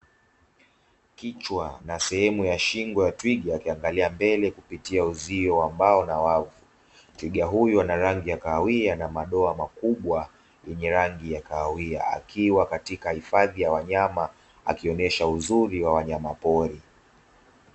Kichwa na sehemu ya shingo ya twiga akiangalia mbele kupitia uzio ambao na wavu, twiga huyu ana rangi ya kahawia na madoa makubwa yenye rangi ya kahawia akiwa katika hifadhi ya wanyama akionyesha uzuri wa wanyamapori.